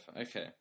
Okay